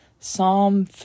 Psalm